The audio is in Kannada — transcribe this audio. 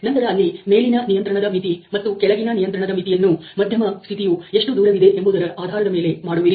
ನಂತರ ಅಲ್ಲಿ ಮೇಲಿನ ನಿಯಂತ್ರಣದ ಮಿತಿ ಮತ್ತು ಕೆಳಗಿನ ನಿಯಂತ್ರಣದ ಮಿತಿಯನ್ನು ಮಧ್ಯಮ ಸ್ಥಿತಿಯು ಎಷ್ಟು ದೂರವಿದೆ ಎಂಬುದರ ಆಧಾರದ ಮೇಲೆ ಮಾಡುವಿರಿ